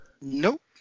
Nope